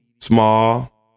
Small